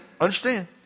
Understand